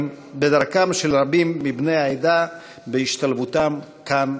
בדרכם של רבים מבני העדה להשתלבות כאן,